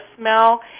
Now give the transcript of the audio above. smell